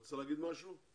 רצית להגיד משהו?